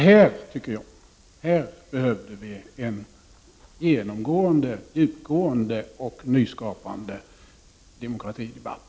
Härvidlag behöver vi, tycker jag, en djupgående och nyskapande demokratidebatt.